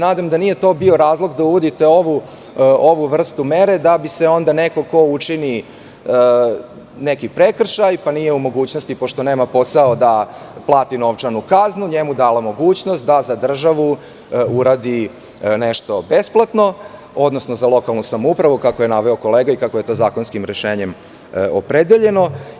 Nadam se da nije to bio razlog da uvodite ovu vrstu mere, da bi se onda neko ko učini neki prekršaj, pa nije u mogućnosti, pošto nema posao da plati novčanu kaznu, njemu dala mogućnost da za državu uradi nešto besplatno, odnosno za lokalnu samoupravu, kako je naveo kolega i kako je to zakonskim rešenjem opredeljeno.